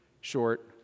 short